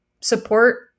support